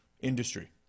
industry